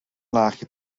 laagje